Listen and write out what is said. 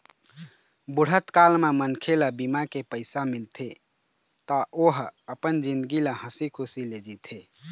बुढ़त काल म मनखे ल बीमा के पइसा मिलथे त ओ ह अपन जिनगी ल हंसी खुसी ले जीथे